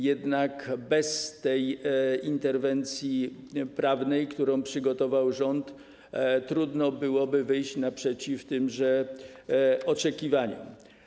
Jednak bez tej interwencji prawnej, którą przygotował rząd, trudno byłoby wyjść naprzeciw tymże oczekiwaniom.